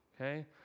okay